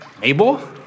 Mabel